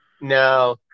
No